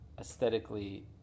aesthetically